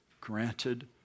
granted